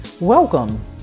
Welcome